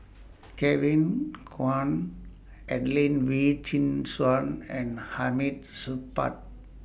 Kevin Kwan Adelene Wee Chin Suan and Hamid Supaat